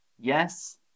Yes